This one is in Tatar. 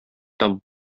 табып